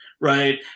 right